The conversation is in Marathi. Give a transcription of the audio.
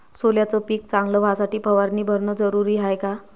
सोल्याचं पिक चांगलं व्हासाठी फवारणी भरनं जरुरी हाये का?